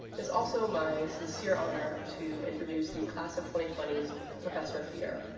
it's also my sincere honor to introduce the class of twenty twenty s professor of the year,